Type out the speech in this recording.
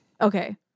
Okay